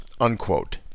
unquote